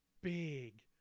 big